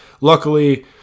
Luckily